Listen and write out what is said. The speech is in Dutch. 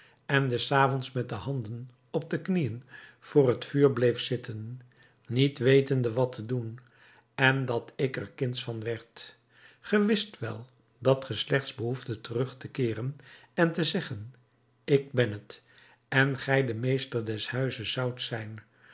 en des avonds met de handen op de knieën voor het vuur bleef zitten niet wetende wat te doen en dat ik er kindsch van werd ge wist wel dat ge slechts behoefdet terug te keeren en te zeggen ik ben het en gij de meester des huizes zoudt zijn